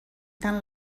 tant